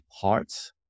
parts